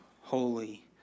holy